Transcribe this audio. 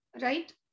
right